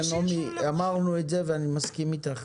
נעמי, אמרנו את זה ואני מסכים אתך.